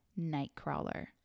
nightcrawler